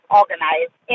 organized